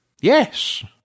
Yes